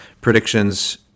predictions